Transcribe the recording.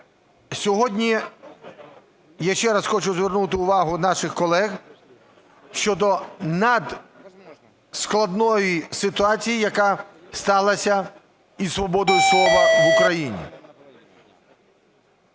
Сьогодні, я ще раз хочу звернути увагу наших колег щодо надскладної ситуації, яка сталася із свободою слова в Україні.